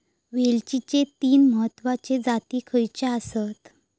वेलचीचे तीन महत्वाचे जाती खयचे आसत?